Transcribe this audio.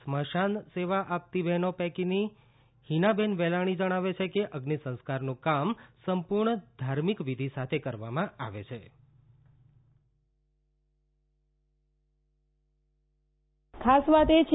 સ્મશાન સેવા આપતી બહેનો પૈકીના હિનાબેન વેલાણી જણાવે છે કે અઝ્નિ સંસ્કારનું કામ સંપૂર્ણ ધાર્મિક વિધિ સાથે કરવામાં આવે છે